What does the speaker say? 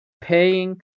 paying